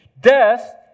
Death